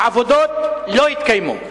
העבודות לא התקיימו.